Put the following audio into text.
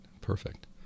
Perfect